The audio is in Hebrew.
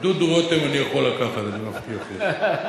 את דודו רותם אני יכול לקחת, אני מבטיח לך.